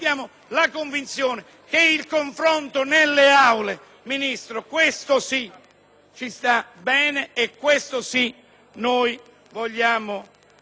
sia un bene: questo sì noi vogliamo portare avanti. Continueremo, perché riteniamo